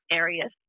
areas